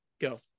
go